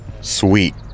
sweet